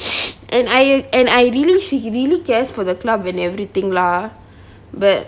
and I and I really she really cares for the club and everything lah but